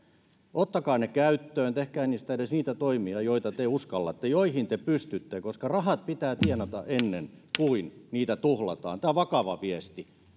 ottakaa ne käyttöönne tehkää niistä edes niitä toimia joita te uskallatte joihin te pystytte koska rahat pitää tienata ennen kuin niitä tuhlataan tämä on vakava viesti